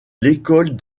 l’école